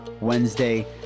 Wednesday